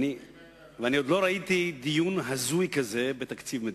ועוד לא ראיתי דיון הזוי כזה בתקציב המדינה,